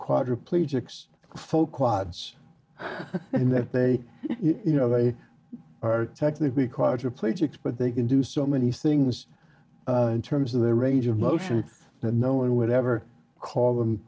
quadriplegics folk wads and then they you know they are technically quadriplegic but they can do so many things in terms of their range of motion that no one would ever call them